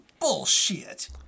Bullshit